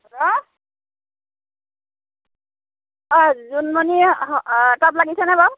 hello অ' জোনমণি হ তাত লাগিছেনে বাৰু